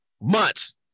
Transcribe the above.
Months